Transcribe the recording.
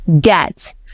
get